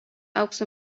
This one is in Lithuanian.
aukso